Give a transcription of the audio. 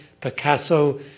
Picasso